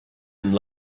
and